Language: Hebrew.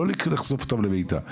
לא לחשוף אותם למידע.